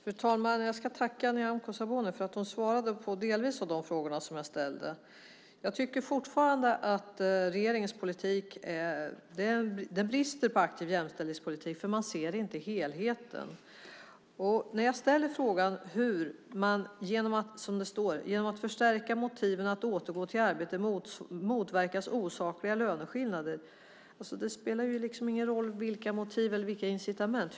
Fru talman! Jag ska tacka Nyamko Sabuni för att hon svarade delvis på de frågor som jag ställde. Jag tycker fortfarande att regeringens politik brister när det gäller aktiv jämställdhetspolitik, för man ser inte helheten. Jag ställer frågan hur det kan vara så som det står i svaret: "Genom att förstärka motiven att återgå till arbete motverkas osakliga löneskillnader." Det spelar ju ingen roll vilka motiv eller incitament som finns.